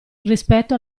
rispetto